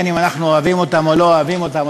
אם אנחנו אוהבים אותם או לא אוהבים אותם,